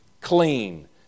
clean